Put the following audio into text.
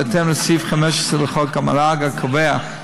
ובהתאם לסעיף 15 לחוק המועצה להשכלה גבוהה,